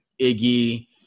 Iggy